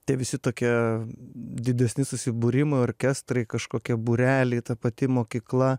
tie visi tokie didesni susibūrimai orkestrai kažkokie būreliai ta pati mokykla